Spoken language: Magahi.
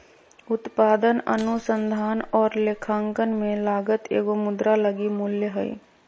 उत्पादन अनुसंधान और लेखांकन में लागत एगो मुद्रा लगी मूल्य हइ